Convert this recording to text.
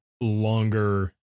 longer